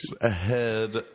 ahead